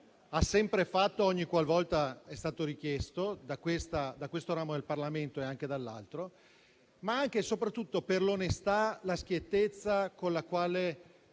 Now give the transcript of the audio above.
ha sempre fatto ogniqualvolta è stato richiesto da questo ramo del Parlamento e anche dall'altro, ma anche e soprattutto per l'onestà e la schiettezza con le quali